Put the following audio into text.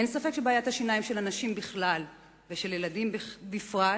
אין ספק שבעיית השיניים של אנשים בכלל ושל ילדים בפרט